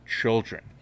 children